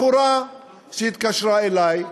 בחורה שהתקשרה אלי,